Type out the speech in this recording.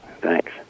Thanks